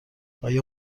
آیا